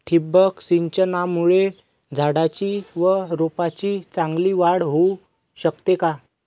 ठिबक सिंचनामुळे झाडाची व रोपांची चांगली वाढ होऊ शकते का?